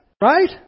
Right